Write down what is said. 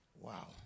Wow